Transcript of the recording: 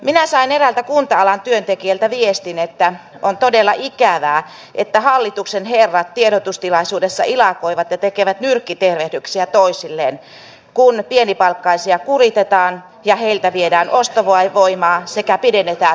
minä sain eräältä kunta alan työntekijältä viestin että on todella ikävää että hallituksen herrat tiedotustilaisuudessa ilakoivat ja tekevät nyrkkitervehdyksiä toisilleen kun pienipalkkaisia kuritetaan ja heiltä viedään ostovoimaa sekä pidennetään työaikaa